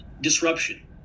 disruption